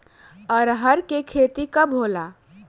अरहर के खेती कब होला?